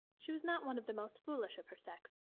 she was not one of the most foolish of her sex,